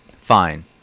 Fine